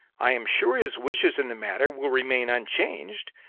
i am sure his wishes in the matter will remain unchanged,